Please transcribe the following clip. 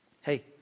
Hey